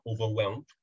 overwhelmed